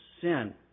sin